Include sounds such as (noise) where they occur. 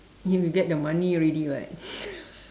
and we get the money already [what] (laughs)